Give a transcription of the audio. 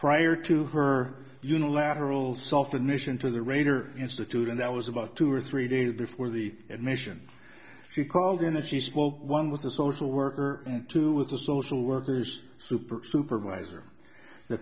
prior to her unilateral solve the nation through the rater institute and that was about two or three days before the admission she called in and she spoke one with the social worker and two with the social workers super supervisor that